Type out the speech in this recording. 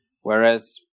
whereas